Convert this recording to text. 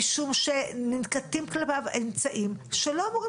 משום שננקטים כלפיו אמצעים שלא אמורים